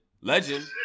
legend